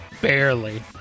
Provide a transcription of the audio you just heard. barely